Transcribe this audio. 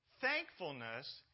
Thankfulness